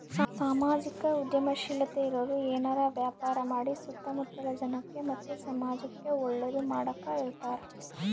ಸಾಮಾಜಿಕ ಉದ್ಯಮಶೀಲತೆ ಇರೋರು ಏನಾರ ವ್ಯಾಪಾರ ಮಾಡಿ ಸುತ್ತ ಮುತ್ತಲ ಜನಕ್ಕ ಮತ್ತೆ ಸಮಾಜುಕ್ಕೆ ಒಳ್ಳೇದು ಮಾಡಕ ಇರತಾರ